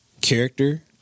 character